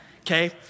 Okay